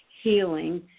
Healing